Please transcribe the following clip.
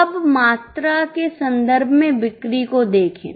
अब मात्रा के संदर्भ में बिक्री को देखें